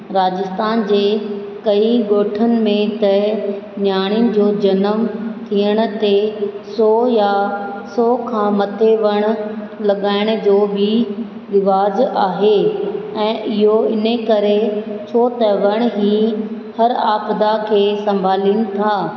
राजस्थान जे कईं ॻोठनि में त नियाणी जो जनमु थियण ते सग़्या् सौ खां मथे वणु लॻाइण जो बि रिवाजु आहे ऐं इहो जो इने करे छो त वणु ई हर आपदा खे संभालनि था